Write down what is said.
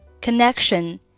Connection